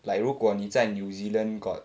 like 如果你在 new zealand got